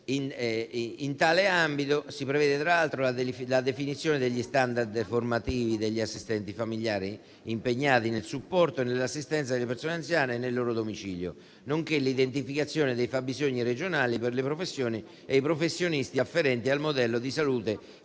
In tale ambito si prevede, tra l'altro, la definizione degli *standard* formativi degli assistenti familiari impegnati nel supporto e nell'assistenza delle persone anziane nel loro domicilio, nonché l'identificazione dei fabbisogni regionali per le professioni e i professionisti controllare tutte